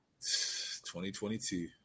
2022